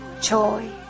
joy